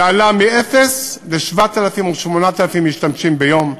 זה עלה מאפס ל-7,000 או 8,000 משתמשים ביום,